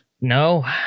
no